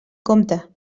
compte